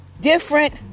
different